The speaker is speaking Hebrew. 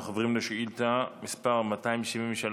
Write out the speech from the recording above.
אנחנו עוברים לשאילתה מס' 273,